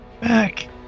back